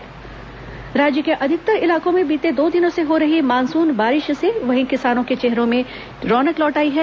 खरीफ फसल बोनी राज्य के अधिकतर इलाकों में बीते दो दिनों से हो रही मानसून बारिश से किसानों के चेहरों पर रौनक लौट आई है